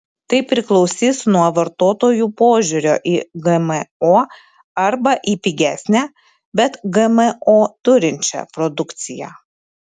tai priklausys nuo vartotojų požiūrio į gmo arba į pigesnę bet gmo turinčią produkciją